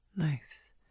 Nice